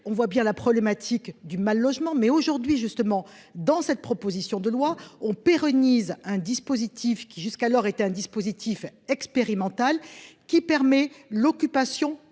on voit bien la problématique du mal-logement mais aujourd'hui justement dans cette proposition de loi on pérennise un dispositif qui jusqu'alors était un dispositif expérimental qui permet l'occupation